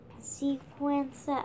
sequence